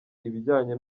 ibijyanye